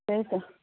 त्यही त